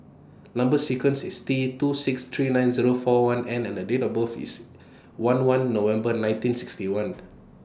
Number sequence IS T two six three nine Zero four one N and Date of birth IS one one November nineteen sixty one